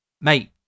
mate